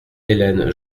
hélène